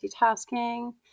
multitasking